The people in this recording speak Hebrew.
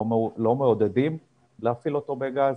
לא מעודדים להפעיל אותו בגז.